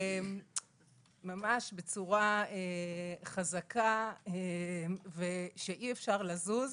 ממש בצורה חזקה שאי אפשר לזוז,